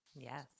Yes